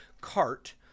cart